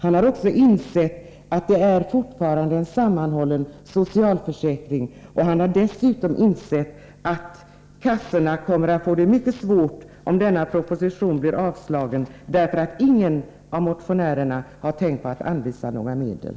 Han har också insett att det fortfarande är en sammanhållen socialförsäkring. Han har dessutom insett att kassorna kommer att få det mycket svårt, om denna proposition blir avslagen. De kommer att få det svårt därför att ingen av motionärerna har tänkt på att anvisa några medel.